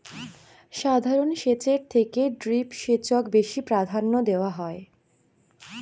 সাধারণ সেচের থেকে ড্রিপ সেচক বেশি প্রাধান্য দেওয়াং হই